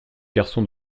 garçon